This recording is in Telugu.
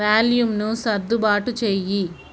వాల్యూంను సర్దుబాటు చేయి